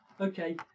okay